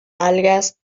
algas